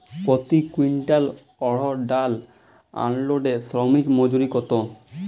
প্রতি কুইন্টল অড়হর ডাল আনলোডে শ্রমিক মজুরি কত?